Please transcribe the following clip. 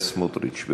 מס' 3099, 3103 ו-3190.